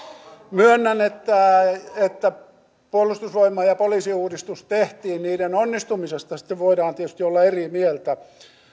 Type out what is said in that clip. myönnän että puolustusvoima ja poliisiuudistus tehtiin niiden onnistumisesta sitten voidaan tietysti olla eri mieltä